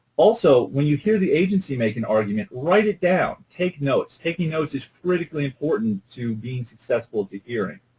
also, when you hear the agency make an argument, write it down, take notes. taking notes is critically important to being successful at the hearing.